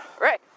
right